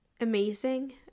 amazing